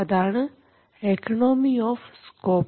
അതാണ് economy of scope